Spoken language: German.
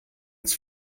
als